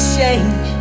change